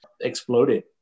exploded